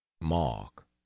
mark